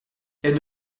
elle